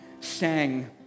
sang